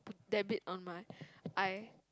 dab it on my eye